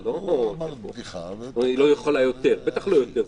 את אומרת "היא לא יכולה יותר" בטח שהיא לא יכולה יותר,